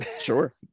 Sure